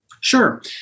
Sure